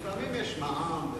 לפעמים יש מע"מ.